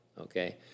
okay